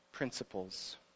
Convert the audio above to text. principles